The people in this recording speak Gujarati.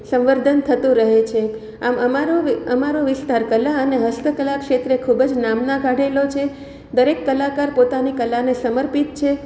સંવર્ધન થતું રહે છે આમ અમારો અમારો વિસ્તાર કલા અને હસ્તકલા ક્ષેત્રે ખૂબ જ નામના કાઢેલો છે દરેક કલાકાર પોતાની કલાને સમર્પિત છે